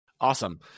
Awesome